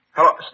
Hello